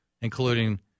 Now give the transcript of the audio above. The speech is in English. including